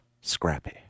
Scrappy